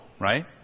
Right